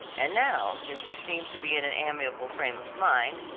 and now since you seem to be in an amiable frame of mind,